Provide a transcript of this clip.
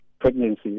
pregnancy